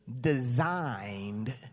designed